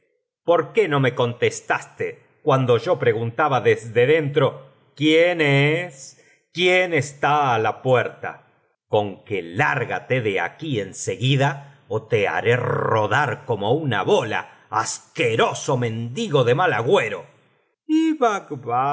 por qué no me contestaste cuando yo preguntaba desde dentro quién es quién está á la puerta conque lárgate de aquí en seguida ó te haré rodar como una bola asqueroso mendigo de mal agüero y